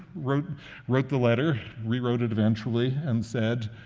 wrote wrote the letter, rewrote it eventually, and said,